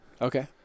Okay